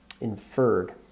Inferred